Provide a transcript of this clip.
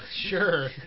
sure